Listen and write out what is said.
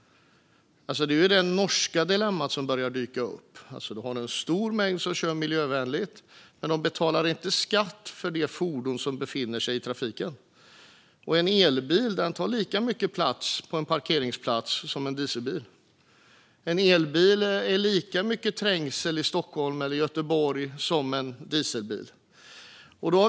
Det är det norska dilemmat som börjar dyka upp. Du har en stor mängd som kör miljövänligt. Men de betalar inte skatt för det fordon som befinner sig i trafiken. En elbil tar lika mycket plats på en parkeringsplats som en dieselbil. En elbil orsakar lika mycket trängsel i Stockholm eller Göteborg som en dieselbil.